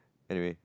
anyway